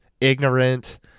ignorant